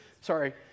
sorry